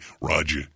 Roger